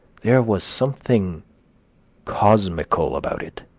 there was something cosmical about it